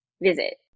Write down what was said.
visit